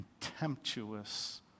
contemptuous